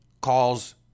calls